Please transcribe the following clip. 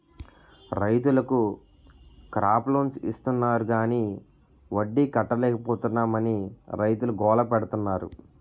రైతులకు crop loans ఇస్తాన్నారు గాని వడ్డీ కట్టలేపోతున్నాం అని రైతులు గోల పెడతన్నారు